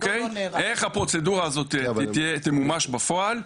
איך הפרוצדורה הזו תמומש בפועל?